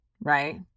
Right